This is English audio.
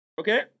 okay